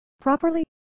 properly